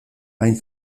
hain